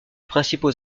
principaux